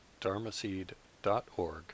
dharmaseed.org